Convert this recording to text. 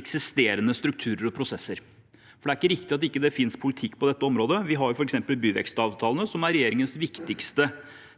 eksisterende strukturer og prosesser. Det er ikke riktig at det ikke finnes politikk på dette området. Vi har f.eks. byvekstavtalene, som er regjeringens viktigste